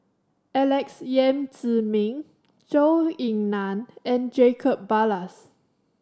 Alex Yam Ziming Zhou Ying Nan and Jacob Ballas